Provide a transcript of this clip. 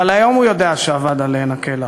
אבל היום הוא יודע שאבד עליהן כלח.